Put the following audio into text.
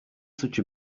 such